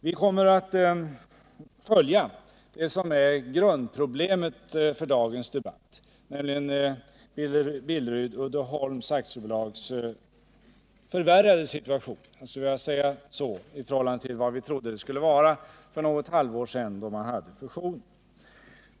Vi kommer att följa det som är det grundläggande problemet för dagens debatt, nämligen den förvärrade situationen för Billerud-Uddeholm AB i förhållande till hur vi för något halvår sedan, då fusionen skedde, trodde att det skulle bli.